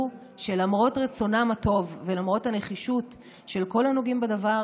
שלמרות רצונם הטוב ולמרות הנחישות של כל הנוגעים בדבר,